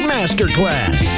Masterclass